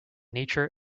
nature